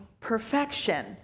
perfection